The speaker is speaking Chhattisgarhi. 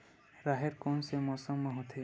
राहेर कोन मौसम मा होथे?